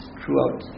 throughout